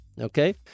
Okay